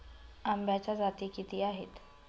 आंब्याच्या जाती किती आहेत?